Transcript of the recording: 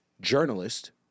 journalist